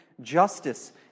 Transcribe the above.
Justice